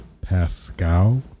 Pascal